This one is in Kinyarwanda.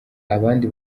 abandi